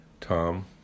Tom